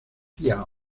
garcía